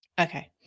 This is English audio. Okay